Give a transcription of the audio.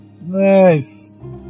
nice